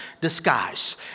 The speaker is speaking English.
disguise